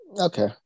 Okay